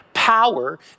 power